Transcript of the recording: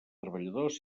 treballadors